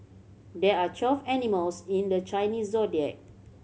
there are twelve animals in the Chinese Zodiac